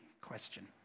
question